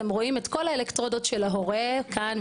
אתם רואים את כל האלקטרודות של ההורה כאן,